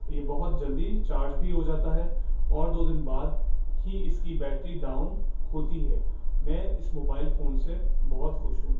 یہ بہت جلدی چارج بھی ہو جاتا ہے اور دو دن بعد ہی اس کی بیٹری ڈاؤن ہوتی ہے میں اس موبائل فون سے بہت خوش ہوں